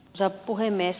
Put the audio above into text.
arvoisa puhemies